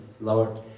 Lord